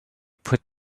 put